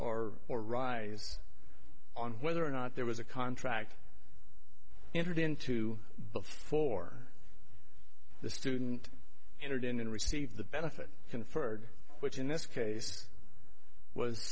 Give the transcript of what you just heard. or or rise on whether or not there was a contract entered into before the student entered in and receive the benefit conferred which in this case was